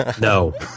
No